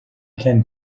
can